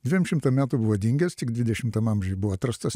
dviem šimtam metų buvo dingęs tik dvidešimtam amžiui buvo atrastas